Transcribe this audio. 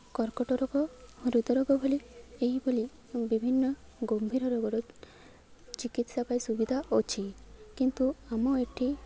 କର୍କଟ ରୋଗ ହୃଦ୍ରୋଗ ବୋଲି ଏହିଭଳି ବିଭିନ୍ନ ଗମ୍ଭୀର ରୋଗର ଚିକିତ୍ସା ପାଇଁ ସୁବିଧା ଅଛି କିନ୍ତୁ ଆମ ଏଇଠି